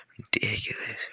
Ridiculous